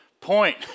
point